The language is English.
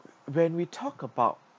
when we talk about